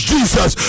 Jesus